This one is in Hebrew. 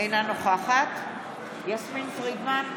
אינה נוכחת יסמין פרידמן,